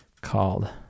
called